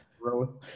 growth